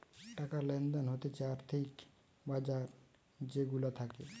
টাকা লেনদেন হতিছে আর্থিক বাজার যে গুলা থাকে